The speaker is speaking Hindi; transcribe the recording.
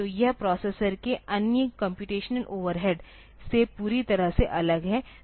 तो यह प्रोसेसर के अन्य कम्प्यूटेशनल ओवरहेड से पूरी तरह से अलग है